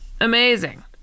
amazing